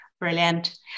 Brilliant